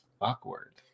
Awkward